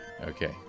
Okay